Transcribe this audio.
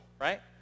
right